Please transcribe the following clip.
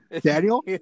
Daniel